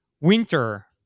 winter